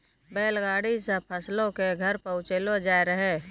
बैल गाड़ी से फसलो के घर पहुँचैलो जाय रहै